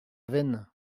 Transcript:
veynes